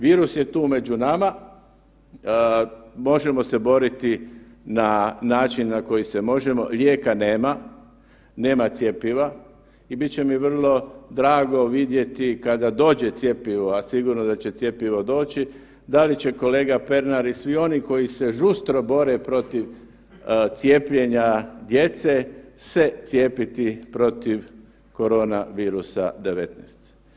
Virus je tu među nama, možemo se boriti na način na koji se možemo, lijeka nema, nema cjepiva i bit će mi vrlo drago vidjeti kada dođe cjepivo, a sigurno da će cjepivo doći, da li će kolega Pernar i svi oni koji se žustro bore protiv cijepljenja djece se cijepiti protiv koronavirusa 19.